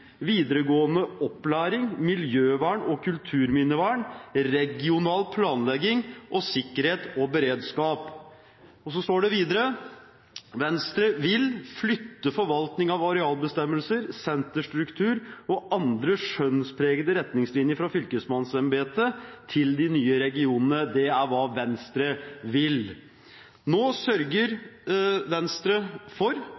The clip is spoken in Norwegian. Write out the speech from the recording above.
videregående opplæring, miljøvern og kulturminnevern, regional planlegging og sikkerhet og beredskap». Videre står det at de vil flytte «forvaltning av arealbestemmelser, senterstruktur og andre skjønnspregede retningslinjer fra Fylkesmannsembetet til de nye regionene». Det er hva Venstre vil. Nå sørger Venstre for